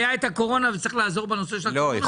היה את הקורונה וצריך לעזור בנושא של הקורונה,